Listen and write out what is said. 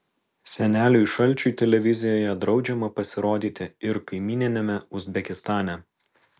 seneliui šalčiui televizijoje draudžiama pasirodyti ir kaimyniniame uzbekistane